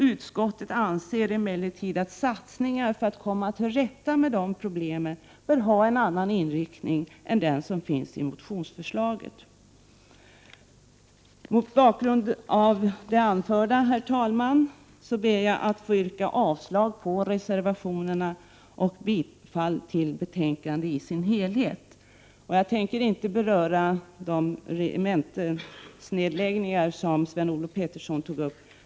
Utskottet anser emellertid att satsningar för att komma till rätta med dessa problem bör ha en annan inriktning än den som finns i motionsförslaget. Mot bakgrund av det anförda, herr talman, ber jag att få yrka avslag på reservationerna och bifall till utskottets hemställan i dess helhet. Jag tänker inte beröra de regementsnedläggningar som Sven-Olof Petersson tog upp.